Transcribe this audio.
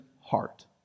heart